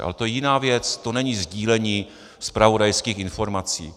Ale to je jiná věc, to není sdílení zpravodajských informací.